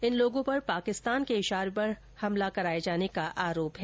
इन लोगों पर पाकिस्तान के इशारे पर हमला कराये जाने का आरोप है